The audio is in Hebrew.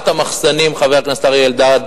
חבר הכנסת אריה אלדד,